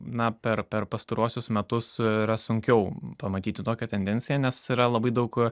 na per per pastaruosius metus yra sunkiau pamatyti tokią tendenciją nes yra labai daug